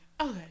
Okay